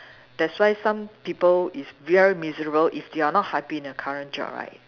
that's why some people is very miserable if they are not happy in their current job right